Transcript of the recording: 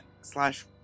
slash